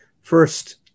First